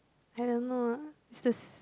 I don't know it's this